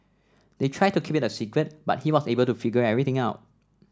they tried to keep it a secret but he was able to figure everything out